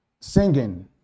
Singing